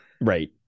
right